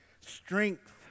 Strength